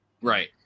right